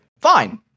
fine